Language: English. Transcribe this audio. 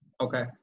Okay